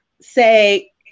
say